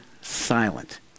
silent